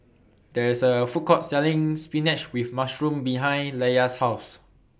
There IS A Food Court Selling Spinach with Mushroom behind Leia's House